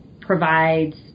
provides